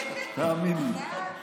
תאמין לי.